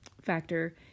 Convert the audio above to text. factor